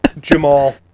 Jamal